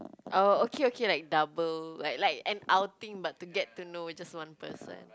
oh okay okay like double like like an outing but to get to know just one person